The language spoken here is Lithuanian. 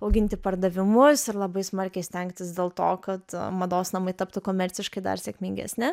auginti pardavimus ir labai smarkiai stengtis dėl to kad mados namai taptų komerciškai dar sėkmingesni